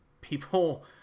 people